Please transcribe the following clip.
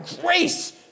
grace